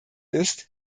ist